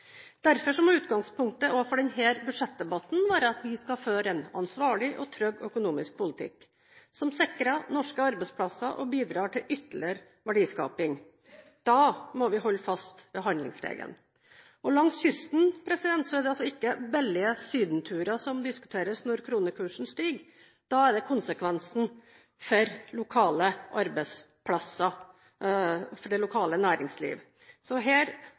Derfor må utgangspunktet for også denne budsjettdebatten være at vi skal føre en ansvarlig og trygg økonomisk politikk som sikrer norske arbeidsplasser og bidrar til ytterligere verdiskaping. Da må vi holde fast ved handlingsregelen. Langs kysten er det altså ikke billigere sydenturer som diskuteres når kronekursen stiger, da er det konsekvensene for lokale arbeidsplasser og for det lokale næringslivet. Så her